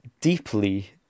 deeply